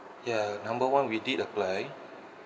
ya number one we did apply